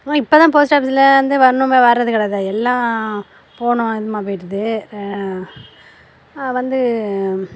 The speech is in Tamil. ஆனால் இப்போதான் போஸ்ட்டாஃபீசிலிருந்து ஒன்றுமே வரது கிடையாதே எல்லாம் ஃபோனு இதுவுமாக போயிட்டுது வந்து